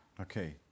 Okay